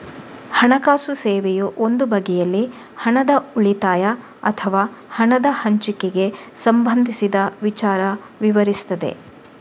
ಹಣಕಾಸು ಸೇವೆಯು ಒಂದು ಬಗೆನಲ್ಲಿ ಹಣದ ಉಳಿತಾಯ ಅಥವಾ ಹಣದ ಹಂಚಿಕೆಗೆ ಸಂಬಂಧಿಸಿದ ವಿಚಾರ ವಿವರಿಸ್ತದೆ